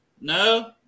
No